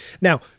Now